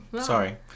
Sorry